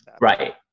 right